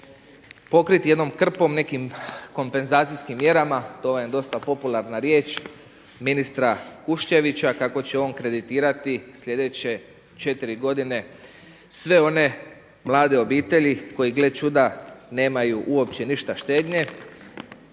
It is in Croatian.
pokriti jednom krpom nekim kompenzacijskim mjerama. To vam je dosta popularna riječ ministra Kuščevića, kako će on kreditirati sljedeće četiri godine sve one mlade obitelji koji gle čuda nemaju uopće ništa štednje.